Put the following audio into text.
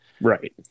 right